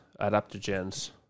adaptogens